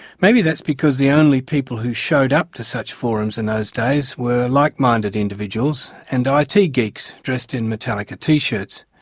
maybe that's because the only people who showed up to such forums in those days were like-minded individuals and ah it geeks dressed in metallica t-shirts.